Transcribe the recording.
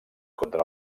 contra